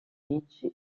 amici